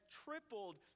tripled